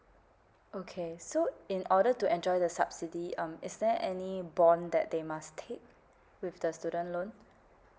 okay so in order to enjoy the subsidy um is there any bond that they must keep with the student loan